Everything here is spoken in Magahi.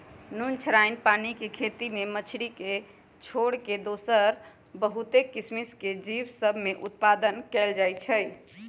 नुनछ्राइन पानी के खेती में मछरी के छोर कऽ दोसरो बहुते किसिम के जीव सभ में उत्पादन कएल जाइ छइ